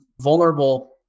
vulnerable